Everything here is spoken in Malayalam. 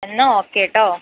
എന്നാൽ ഒക്കെ കേട്ടോ